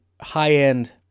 high-end